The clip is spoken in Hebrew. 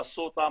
פסוטה,